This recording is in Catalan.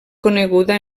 coneguda